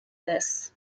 this